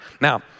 Now